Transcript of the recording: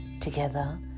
Together